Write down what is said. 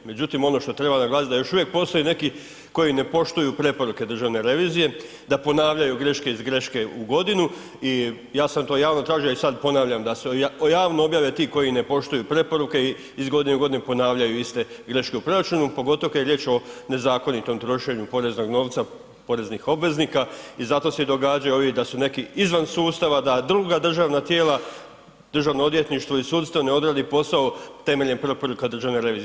Međutim, ono što treba naglasiti da još uvijek postoje neki koji ne poštuju preporuke državne revizije, da ponavljaju greške iz greške u godinu i ja sam to javno tražio i sad ponavljam, da se javno objave ti koji ne poštuju preporuke i iz godine u godinu ponavljaju iste greške u proračunu, pogotovo kad je riječ o nezakonitom trošenju poreznog novca poreznih obveznika i zato se događaju ovi da su neki izvan sustava, da druga državna tijela, Državno odvjetništvo i sudstvo ne odradi posao temeljem preporuka državne revizije.